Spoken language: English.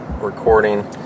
recording